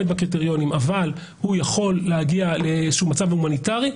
בקריטריונים אבל הוא יכול להגיע לאיזשהו מצב הומניטרי,